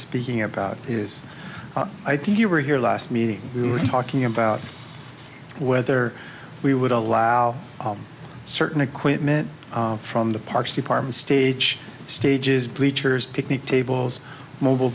speaking about is i think you were here last meeting we were talking about whether we would allow certain equipment from the parks department stage stages bleachers picnic tables mobile